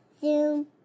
zoom